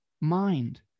mind